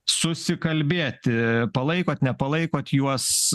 susikalbėti palaikot nepalaikot juos